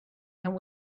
and